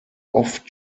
oft